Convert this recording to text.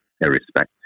irrespective